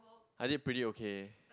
I did pretty okay